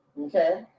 okay